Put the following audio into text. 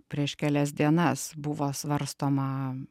prieš kelias dienas buvo svarstoma